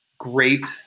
great